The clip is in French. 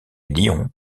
lion